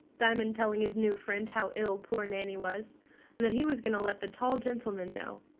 diamond telling his new friend how ill poor nanny was, and that he was going to let the tall gentleman know.